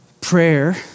prayer